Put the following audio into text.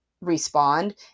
respond